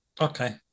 Okay